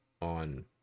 on